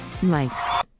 mics